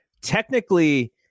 Technically